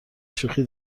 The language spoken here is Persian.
شوخی